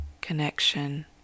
connection